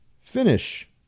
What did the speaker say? finish